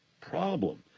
problem